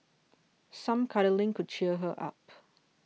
some cuddling could cheer her up